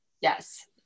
Yes